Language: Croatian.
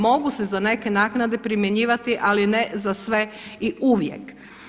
Mogu se za neke naknade primjenjivati ali ne za sve i uvijek.